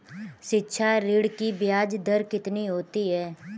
शिक्षा ऋण की ब्याज दर कितनी होती है?